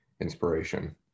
inspiration